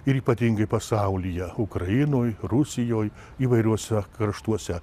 ir ypatingai pasaulyje ukrainoj rusijoj įvairiuose kraštuose